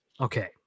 okay